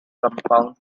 compound